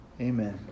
Amen